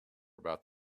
about